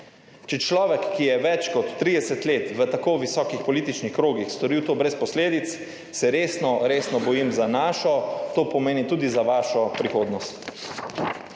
Če človek, ki je več kot 30 let v tako visokih političnih krogih storil to brez posledic, se resno, resno bojim za našo, to pomeni tudi za vašo prihodnost.